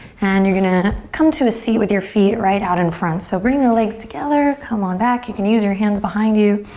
and you're gonna come to a seat with your feet right out in front. so bring the legs together. come on back. you can use your hands behind you.